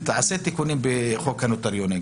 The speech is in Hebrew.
תעשה תיקונים בחוק הנוטריונים,